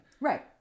right